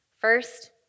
First